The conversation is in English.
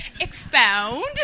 Expound